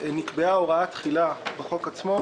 נקבעה הוראת תחילה בחוק עצמו,